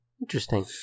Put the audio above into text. Interesting